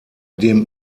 dem